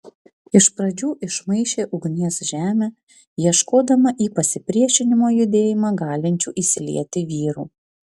iš pradžių išmaišė ugnies žemę ieškodama į pasipriešinimo judėjimą galinčių įsilieti vyrų